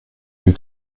plus